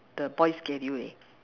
the boys' schedule leh